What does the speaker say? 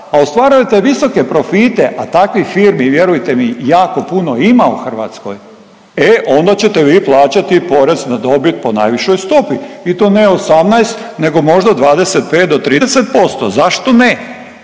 a ostvarujete visoke profite, a takvih firmi vjerujte mi jako puno ima u Hrvatskoj e onda ćete vi plaćati porez na dobit po najvišoj stoji i to ne 18 nego možda 25 do 30%, zašto ne.